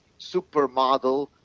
supermodel